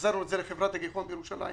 והחזרנו את זה לחברת הגיחון בירושלים.